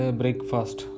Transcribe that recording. breakfast